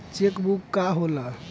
Check book का होला?